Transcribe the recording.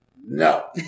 No